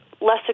less